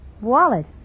Wallet